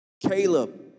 Caleb